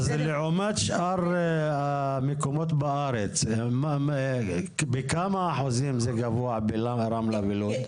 אז לעומת שאר המקומות בארץ בכמה אחוזים זה גבוה ברמלה ולוד?